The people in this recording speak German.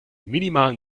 minimalen